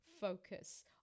focus